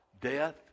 Death